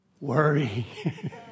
Worry